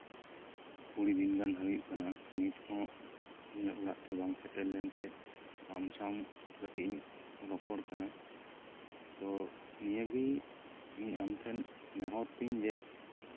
ᱠᱩᱲᱤ ᱫᱤᱱ ᱜᱟᱱ ᱦᱩᱭᱩᱜ ᱠᱟᱱᱟ ᱤᱧᱟᱹᱜ ᱚᱲᱟᱜᱛᱮ ᱵᱟᱝ ᱥᱮᱴᱮᱨ ᱞᱮᱱᱛᱮ ᱟᱢ ᱥᱟᱶ ᱠᱟᱹᱴᱤᱡ ᱤᱧ ᱨᱚᱯᱚᱲ ᱠᱟᱱᱟ ᱛᱳ ᱱᱤᱭᱟᱹᱜᱮ ᱤᱧ ᱟᱢ ᱴᱷᱮᱱ ᱱᱮᱦᱚᱨ ᱛᱤᱧ ᱡᱮ